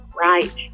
right